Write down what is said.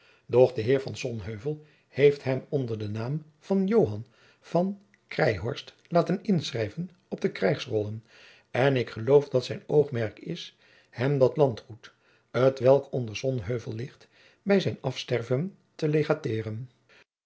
de heer van sonheuvel heeft hem onder den naam van joan van craeihorst laten inschrijven op de krijgsrollen en ik geloof dat zijn oogmerk is hem dat landgoed t welk onder sonheuvel ligt bij zijn afsterven te legateeren